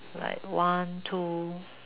like one two